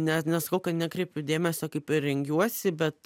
net nesakau kad nekreipiu dėmesio kaip rengiuosi bet